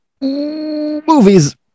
Movies